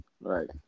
right